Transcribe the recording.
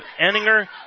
Enninger